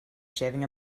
shaving